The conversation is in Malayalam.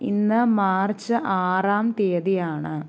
ഇന്ന് മാർച്ച് ആറാം തീയതി ആണ്